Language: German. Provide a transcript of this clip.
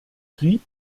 trieb